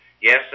Yes